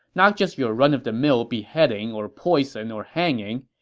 not just your run-of-the-mill beheading or poison or hanging.